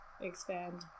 expand